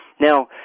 Now